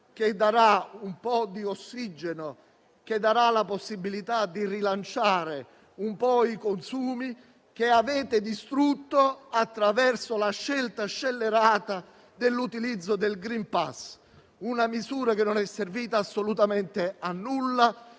che darà un po' di ossigeno e la possibilità di rilanciare un po' i consumi; quei consumi che avete distrutto attraverso la scelta scellerata dell'utilizzo del *green pass*, una misura che è servita assolutamente a nulla,